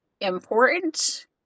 important